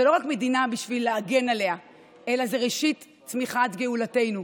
זה לא רק מדינה בשביל להגן עליה אלא זה ראשית צמיחת גאולתנו.